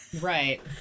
Right